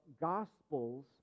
Gospels